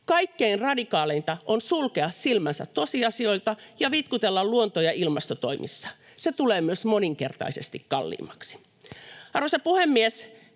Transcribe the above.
Kaikkein radikaaleinta on sulkea silmänsä tosiasioilta ja vitkutella luonto‑ ja ilmastotoimissa. Se tulee myös moninkertaisesti kalliimmaksi. Arvoisa puhemies!